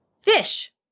Fish